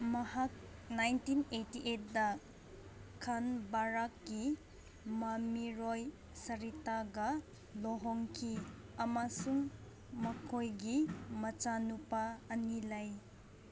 ꯃꯍꯥꯛ nineteen eighty eight ꯈꯥ ꯚꯥꯔꯠꯀꯤ ꯃꯃꯤꯔꯣꯏ ꯁꯔꯤꯇꯥꯒ ꯂꯨꯍꯣꯡꯈꯤ ꯑꯃꯁꯨꯡ ꯃꯈꯣꯏꯒꯤ ꯃꯆꯥꯅꯨꯄꯤ ꯑꯅꯤ ꯂꯩ